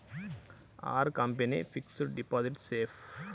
Are company fixed deposit safe?